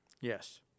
Yes